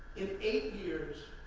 in eight years,